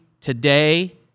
today